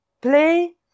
play